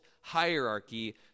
hierarchy